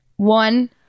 one